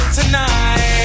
tonight